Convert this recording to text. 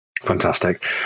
Fantastic